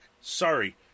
Sorry